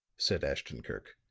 said ashton-kirk.